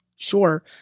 sure